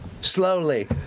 slowly